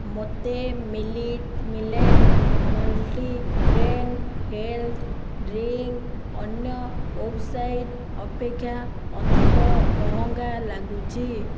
ମୋତେ millet millet multigrain health drink ଅନ୍ୟ website ଅପେକ୍ଷା ଅଧିକ ମହଙ୍ଗା ଲାଗୁଛି